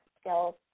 skills